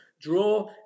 draw